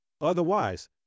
Otherwise